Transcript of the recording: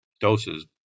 doses